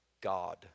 God